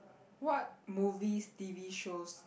what movies t_v shows